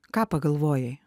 ką pagalvojai